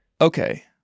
Okay